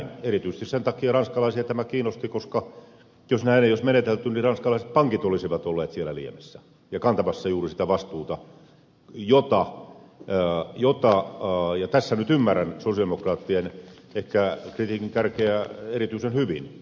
erityisesti sen takia ranskalaisia tämä kiinnosti koska jos näin ei olisi menetelty niin ranskalaiset pankit olisivat olleet siellä liemessä ja kantamassa juuri sitä vastuuta ja tässä nyt ymmärrän ehkä sosialidemokraattien kritiikin kärkeä erityisen hyvin